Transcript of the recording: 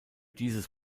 dieses